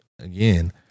again